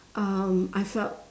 um I felt